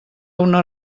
una